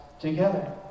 together